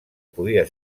podia